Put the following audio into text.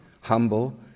humble